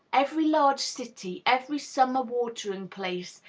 every large city, every summer watering-place,